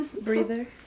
breather